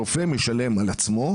רופא משלם על עצמו.